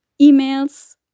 emails